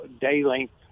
day-length